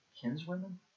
kinswomen